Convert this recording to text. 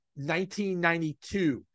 1992